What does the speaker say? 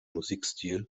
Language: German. musikstil